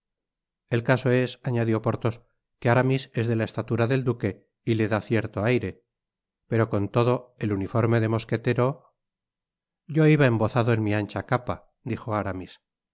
el caso es añadió porthos que aramis es de la estatura del duque y le da cierto aire pero con todo el uniforme de mosquetero yo iba embozado en mi ancha capa dijo aramis en